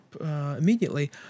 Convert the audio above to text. immediately